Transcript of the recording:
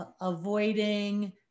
avoiding